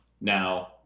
Now